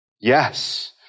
yes